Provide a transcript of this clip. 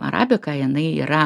arabika jinai yra